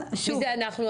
מי זה "אנחנו"?